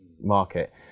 market